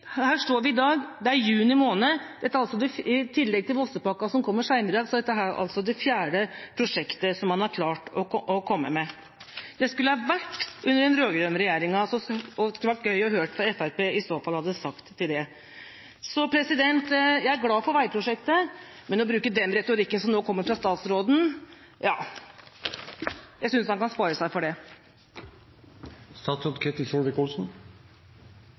Her står vi i dag. Det er juni måned. Dette er altså i tillegg til Vossapakko, som kommer senere i dag, det fjerde prosjektet som man har klart å komme med. Det skulle ha vært under den rød-grønne regjeringa. Det kunne vært gøy å høre hva Fremskrittspartiet i så fall hadde sagt til det. Jeg er glad for veiprosjektet, men den retorikken som nå kommer fra statsråden, synes jeg han kan spare seg for.